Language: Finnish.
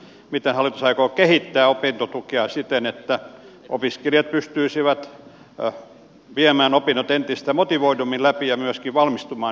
miten hallitus aikoo kehittää opintotukea siten että opiskelijat pystyisivät viemään opinnot entistä motivoidummin läpi ja myöskin valmistumaan